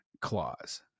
clause